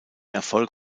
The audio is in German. erfolg